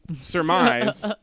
surmise